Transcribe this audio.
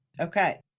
Okay